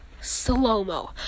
Slow-mo